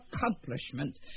accomplishment